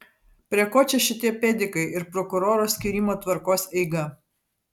prie ko čia šitie pedikai ir prokuroro skyrimo tvarkos eiga